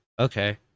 okay